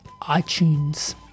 iTunes